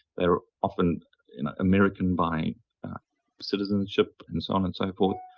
they're often american by citizenship, and so on and so forth,